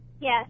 Yes